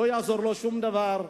לא יעזור לו שום דבר.